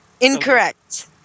Incorrect